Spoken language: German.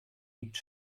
liegt